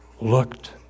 looked